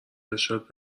ارشاد